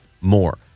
more